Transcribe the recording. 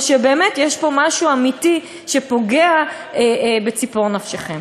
או שבאמת יש פה משהו אמיתי שפוגע בציפור נפשכם?